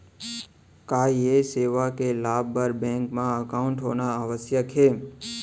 का ये सेवा के लाभ बर बैंक मा एकाउंट होना आवश्यक हे